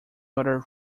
order